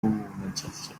movement